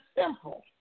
simple